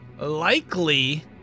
likely